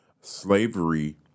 Slavery